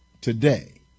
today